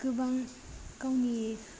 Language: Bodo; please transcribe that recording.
गोबां गावनि